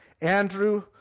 Andrew